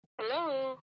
Hello